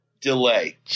delay